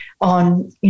on